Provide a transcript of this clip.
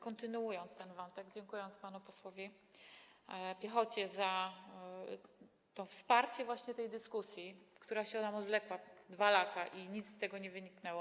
Kontynuując ten wątek, dziękuję panu posłowi Piechocie za to wsparcie właśnie w tej dyskusji, która się nam odwlekła o 2 lata i nic z tego nie wyniknęło.